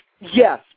Yes